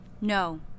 No